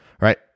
right